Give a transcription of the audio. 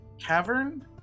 cavern